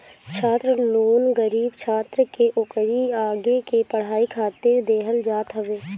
छात्र लोन गरीब छात्र के ओकरी आगे के पढ़ाई खातिर देहल जात हवे